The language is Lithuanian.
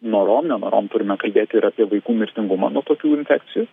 norom nenorom turime kalbėti ir apie vaikų mirtingumą nuo tokių infekcijų